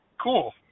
Cool